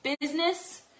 business